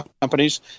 companies